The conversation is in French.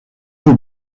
aux